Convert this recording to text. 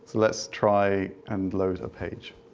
let's try and load a page.